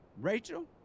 Rachel